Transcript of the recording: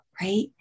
right